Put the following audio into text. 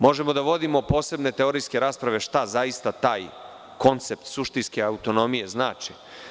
Možemo da vodimo posebne teorijske rasprave šta zaista taj koncept suštinske autonomije znači.